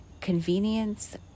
convenience